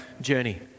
journey